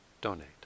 donate